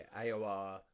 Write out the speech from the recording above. AOR